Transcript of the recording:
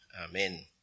amen